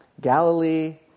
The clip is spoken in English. Galilee